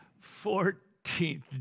Fourteenth